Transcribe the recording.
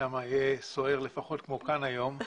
שם יהיה סוער לפחות כמו כאן היום.